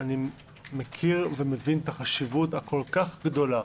מכיר ומבין את החשיבות הכל כך גדולה